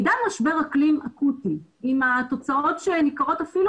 בעידן משבר אקלים אקוטי עם התוצאות שניכרות אפילו